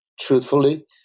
truthfully